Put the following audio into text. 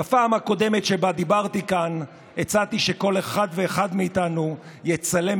בפעם הקודמת שבה דיברתי כאן הצעתי שכל אחד ואחד מאיתנו יצלם